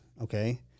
okay